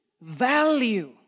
Value